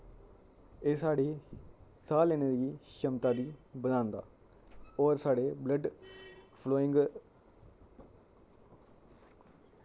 एह् साढ़ी साह् लैने दी क्षमता गी बधांदा और साढ़े ब्लड फ्लोइंग